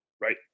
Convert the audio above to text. right